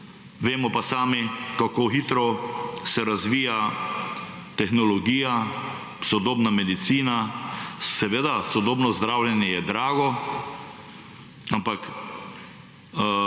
vemo pa sami, kako hitro se razvija tehnologija, sodobna medicina. Seveda, sodobno zdravljenje je drago, ampak,